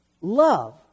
Love